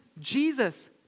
Jesus